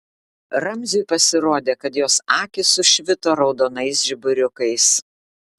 ramziui pasirodė kad jos akys sušvito raudonais žiburiukais